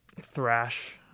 thrash